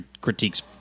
critiques